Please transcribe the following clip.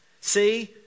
See